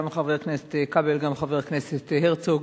גם חבר הכנסת כבל וגם חבר הכנסת הרצוג,